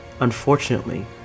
Unfortunately